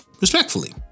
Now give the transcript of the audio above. Respectfully